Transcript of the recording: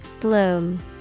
Bloom